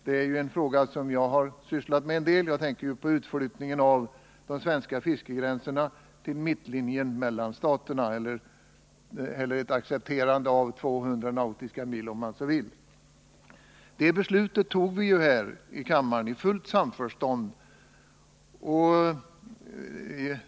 Den fråga jag tänker på och som jag själv har sysslat med en del är utflyttningen av de svenska fiskegränserna till mittlinjen mellan staterna eller, om man så vill, accepterandet av bestämelsen om 200 nautiska mil. Det beslutet fattade vi i fullt samförstånd här i riksdagen.